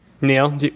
Neil